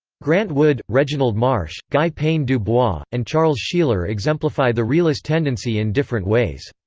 grant wood, reginald marsh, guy pene du bois, and charles sheeler exemplify the realist tendency in different ways.